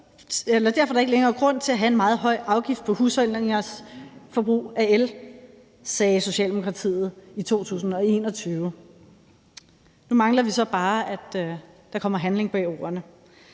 Derfor er der ikke længere grund til at have en meget høj afgift på husholdningernes forbrug af el.« Sådan sagde den socialdemokratiske regering i 2021. Nu mangler vi så bare, at der kommer handling bag ordene.